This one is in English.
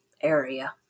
area